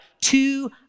two